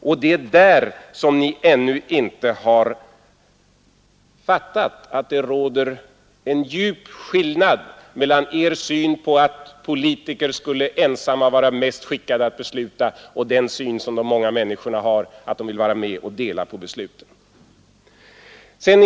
Det är där som ni ännu inte har fattat att det råder en djup skillnad mellan er syn på att politiker ensamma skulle vara mest skickade att besluta och den syn som de många människorna har att de vill vara med och delta i besluten.